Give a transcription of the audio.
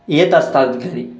येत असतात घरी